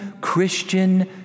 Christian